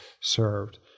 served